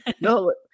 No